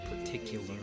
particular